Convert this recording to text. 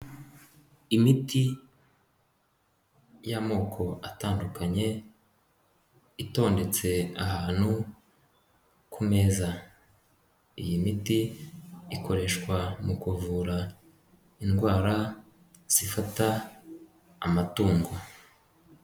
Imiti y'amoko atandukanye, itondetse ahantu ku meza. Iyi miti ikoreshwa mu kuvura indwara zifata amatungo.